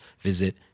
visit